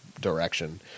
direction